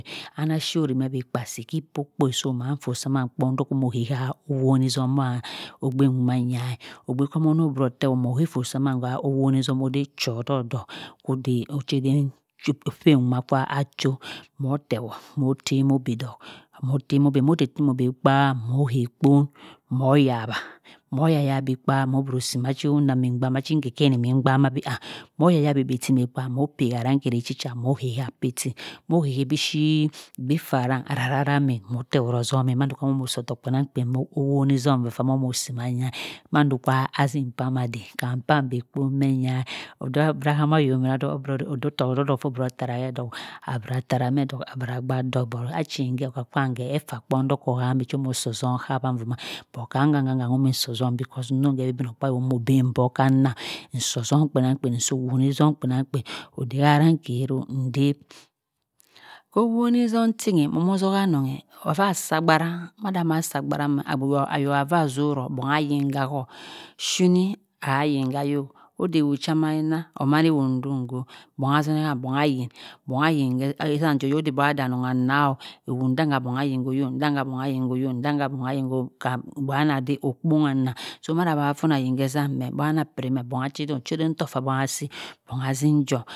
Amah shori he bi kpa ho iki kpo kpo so mahan folh suman kpong hey ha owoni zum mah ogbe dumanga ogbe kho moh teword moh to foh saman ha owoni zum oden cho ddolk ddolk odey occasen pay wuma acho moh teword moh temi ibhen ddohk moh teh tehmighe kpa moh hey kpong moh yawa moh yaya gbi kpa moh is macha nkhe khen mmi gba ma bi moh ya yawi bi kpa moh kpadi arang kheri chicca moh ha pay tin moh hay igbhi flarang ararari iki miena ddohk moh tewod ozum mando amomosi ha owoni zum. moh si manyah manyah manda kha azim kpam adey kham kpang bhe kha mhenya oda abira ahama oyomina obro ddohk tohk abra tarah meh ddohk abra gbau ddohk but achin khe okar kwam etaa kpong dokho hameh kho su ozum kawa duma but kha ham umi soh ozum because onnong beh bi igbimogkpaasi omoh bem buck hanam on soh zum kpenang kpen nsi owoni zam kpenang kpen odey arankhero ndehp owoni zum tin moh moh zoha anongh ovan a da agbara manda ama sah agbara ayo avah zoroh beh ha yin ha ho nshini koh ayin khoyoh odey who chamina omang owuna dongha bong a zohe han song ayin bong ayin keh zam kho yob odey bong aden onong anagho owudangha bong ayin kloyo owundangha bong ayin khoyoh bong ah dey okpongha nah soh manda anong afonah ayin khe zam ghe. ochaden top abong asi bong a zinjohm bong asin jom oh